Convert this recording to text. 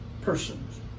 persons